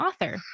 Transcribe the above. author